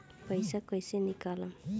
पैसा कैसे निकालम?